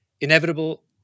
inevitable